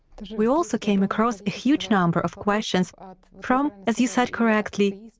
we also came across a huge number of questions ah from, as you said correctly,